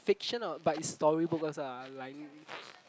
fiction or but is storybook also lah like